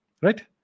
Right